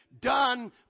done